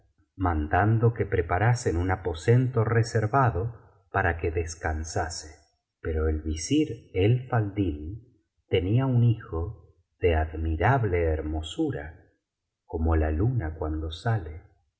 mandando que preparasen un aposento reservado para que descansase pero el visir el faldl tenía un hijo de admirable hermosura como la luna cuando sale